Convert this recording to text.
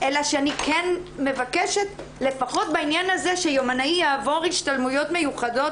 כן מבקשת לפחות בעניין הזה שיומנאי יעבור השתלמויות מיוחדות